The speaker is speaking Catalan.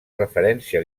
referència